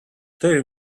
they